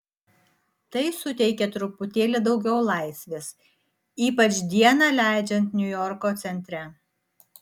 tai suteikia truputėlį daugiau laisvės ypač dieną leidžiant niujorko centre